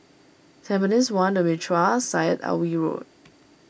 Tampines one the Mitraa Syed Alwi Road